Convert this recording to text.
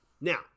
Now